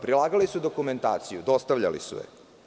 Prilagali su dokumentaciju, dostavljali su je.